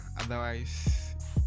otherwise